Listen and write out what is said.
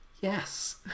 yes